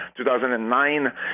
2009